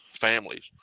families